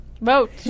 Vote